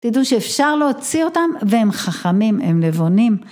תדעו שאפשר להוציא אותם והם חכמים, הם נבונים.